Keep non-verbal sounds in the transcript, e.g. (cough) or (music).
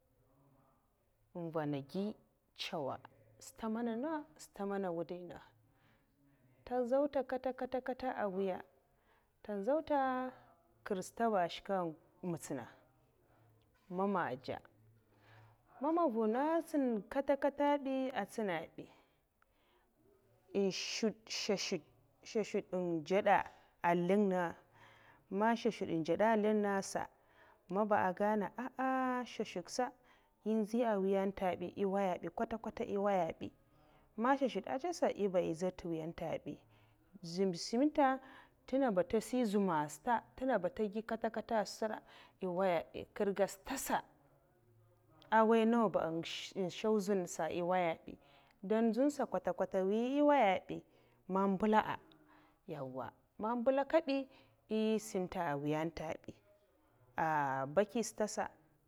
Nmèna gi cèw stad mana nènga stad mana wudai nenga'ntè nzèy ta kata kata an nwiya ntè nzey ta nkera stad ba shke mutsina mama ndza mam ba man nzun èn tsina kata kata bi atsuna bi en shke nshonshuk'ndzawda azlin nenga man nshuwshud ndzuda azlin nenga asa maba ehn gana ah ah nshuwshuk'sa nziya nwi ente bi wh nwoya bi kwata kwata eh waiya bi man nshuwshuk aza sa nyiba nzuya nte nwiya ente bi, zoum nsyi nta ntenga ba nta nsyi zouma sata ntenga ba ntegui kata kata sa eh nwaiya bi kerga stad sa eh waiya nawa ba eh shuw zoumsa eh waiya bi ndal ntsau sa kwata kwata eh waiya bi, man mela yawa' man mbela kabi eh nsun ntè nwi yay nta bi (hesitation) baki'ya stad sa.